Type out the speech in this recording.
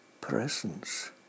presence